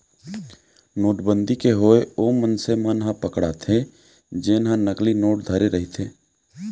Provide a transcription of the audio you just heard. नोटबंदी के होय ओ मनसे मन ह पकड़ाथे जेनहा नकली नोट धरे रहिथे